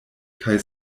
kaj